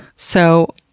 so,